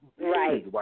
Right